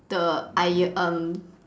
the iro~ um